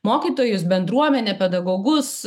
mokytojus bendruomenę pedagogus